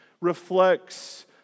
reflects